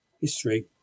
history